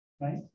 right